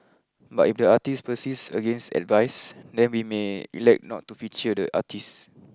but if the artist persists against advice then we may elect not to feature the artist